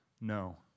No